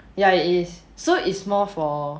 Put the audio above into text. ya it is so is more for